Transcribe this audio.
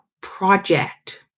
project